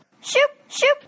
Shoop-shoop